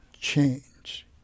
change